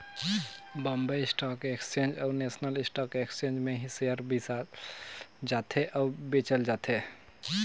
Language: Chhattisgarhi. बॉम्बे स्टॉक एक्सचेंज अउ नेसनल स्टॉक एक्सचेंज में ही सेयर बेसाल जाथे अउ बेंचल जाथे